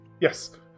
Yes